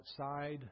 outside